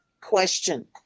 question